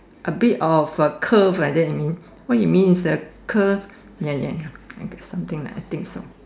a bit of a curve like that you mean what you mean is a curve ya ya I got something like that I think so